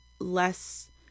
less